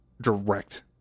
direct